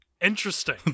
interesting